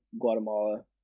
guatemala